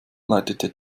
leitete